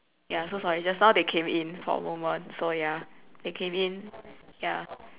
ya so sorry just now they came in for a moment so ya they came in ya